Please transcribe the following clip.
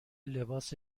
لباس